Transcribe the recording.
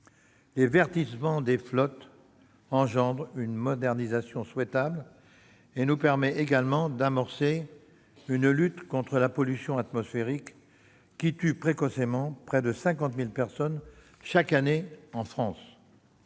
Le verdissement des flottes engendre une modernisation souhaitable tout en nous permettant d'amorcer une lutte contre la pollution atmosphérique, qui tue précocement près de 50 000 personnes chaque année en France.